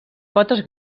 potes